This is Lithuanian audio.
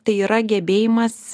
tai yra gebėjimas